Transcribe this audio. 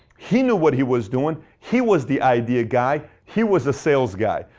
he knew what he was doing. he was the idea guy. he was the sales guy.